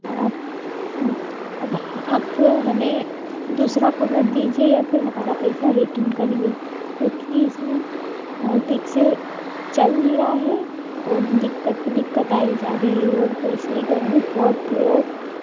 आप आप अब आप हमें दूसरा कूलर दीजिए या फिर हमारा पैसा रिटर्न करिए क्योंकि इसमें और ठीक से चल नहीं रहा है और दिक्कत पर दिक्कत आई जा रही है और वैसे भी गर्मी बहुत थी